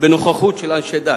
בנוכחות של אנשי דת,